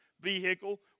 vehicle